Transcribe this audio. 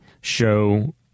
show